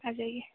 आ जाइए